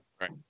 Right